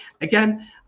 Again